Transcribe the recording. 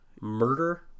Murder